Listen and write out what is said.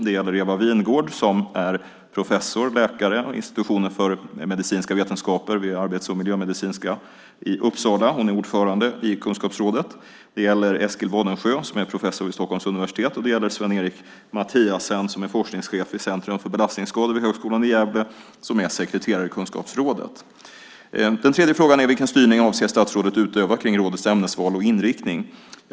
Det gäller Eva Vingård som är professor och läkare på institutionen för medicinska vetenskaper vid Arbets och miljömedicin i Uppsala. Hon är ordförande i kunskapsrådet. Det gäller Eskil Wadensjö som är professor vid Stockholms universitet. Och det gäller Svend Erik Mathiassen som är forskningschef vid Centrum för belastningsskador vid högskolan i Gävle och som är sekreterare i kunskapsrådet. Den tredje frågan är: Vilken styrning avser statsrådet att utöva kring rådets ämnesval och inriktning?